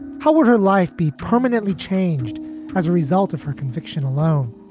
how would her life be permanently changed as a result of her conviction alone?